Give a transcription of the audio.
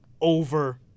over